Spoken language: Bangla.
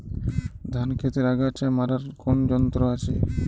ধান ক্ষেতের আগাছা মারার কোন যন্ত্র আছে?